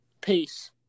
Peace